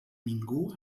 ningú